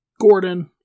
Gordon